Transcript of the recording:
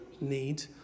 need